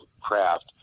craft